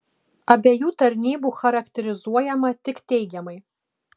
abiejų tarnybų charakterizuojama tik teigiamai